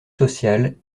social